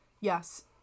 Yes